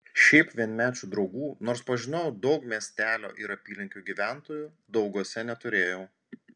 šiaip vienmečių draugų nors pažinojau daug miestelio ir apylinkių gyventojų dauguose neturėjau